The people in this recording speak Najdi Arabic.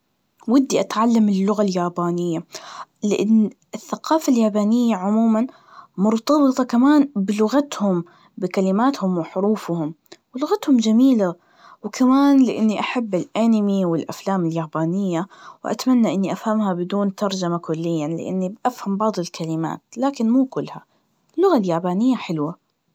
ودي أتعلم اللغة اليابانية, لإن الثقافة اليابانية عموماً مرتبطة كمان بلغتهم, بكلماتهم وحروفهم, ولغتهم جميلة, وكمان لإني أحب الإنمي, والأفلام اليابانية, وأتمن إني أفهمها بدون ترجمة كلياً, لأني بفهم بعض الكلمات, لكن مو كلها, اللغة اليابانية حلوة.